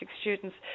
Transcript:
students